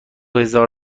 هزار